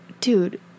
dude